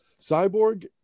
Cyborg